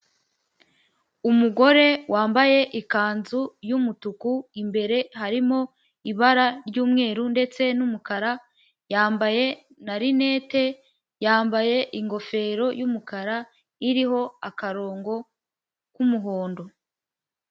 Umugore wambaye ikanzu y'umutuku imbere harimo ibara ry'umweru ndetse n'umukara yambaye na rinete yambaye ingofero y'umukara iriho akarongo k'umuhondo.